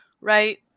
right